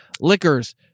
liquors